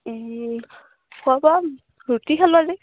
খোৱা বোৱা ৰুটি খালো আজি